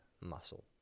muscle